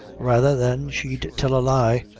rather than she'd tell a lie.